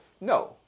No